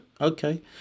okay